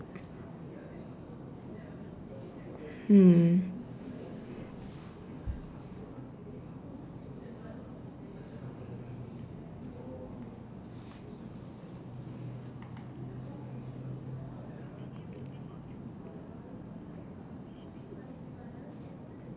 hmm